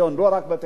לא רק בטכנולוגיה.